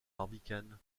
barbicane